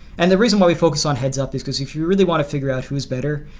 and the reason why we focus on heads-up is because if you really want to figure out who's better,